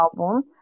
album